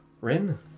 Rin